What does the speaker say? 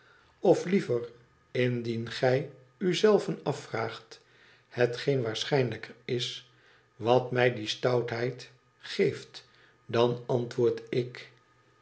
of liever indien gij u zelven afvraagt hetgeen waarschijnlijker is wat mij die stoutheid geeft dan antwoord ik